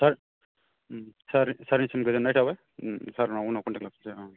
सार सार सारनिसिम गोजोननाय थाबाय सारनाआव उनाव कनथेख लाफिनसै